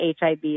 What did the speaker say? HIV